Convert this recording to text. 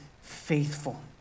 faithful